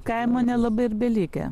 kaimo nelabai ir belikę